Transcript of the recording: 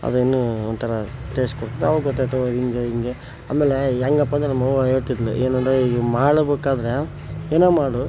ಅದಿನ್ನೂ ಒಂಥರ ಟೇಸ್ಟ್ ಕೊಡ್ತದೆ ಆವಾಗ ಗೊತ್ತಾಯಿತು ಹೊ ಹಿಂಗೆ ಹಿಂಗೆ ಆಮೇಲೆ ಹೆಂಗಪ್ಪ ಅಂದ್ರೆ ನಮ್ಮ ಅವ್ವ ಹೇಳ್ತಿದ್ಲ್ ಏನಂದರೆ ಈ ಮಾಡಬೇಕಾದ್ರೆ ಏನೋ ಮಾಡು